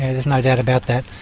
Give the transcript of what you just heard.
ah there's no doubt about that.